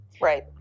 Right